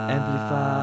Amplify